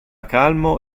calmo